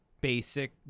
basic